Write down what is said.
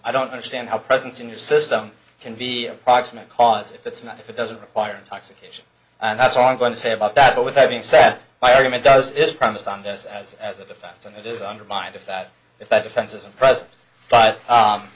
i don't understand how presence in your system can be approximate cause if it's not if it doesn't require intoxication and that's all i'm going to say about that but with that being said by argument does is premised on this as as a defense and it is undermined if that if that offense isn't present but